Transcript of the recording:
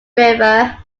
river